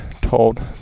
told